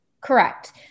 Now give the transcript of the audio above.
Correct